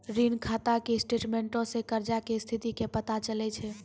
ऋण खाता के स्टेटमेंटो से कर्जा के स्थिति के पता चलै छै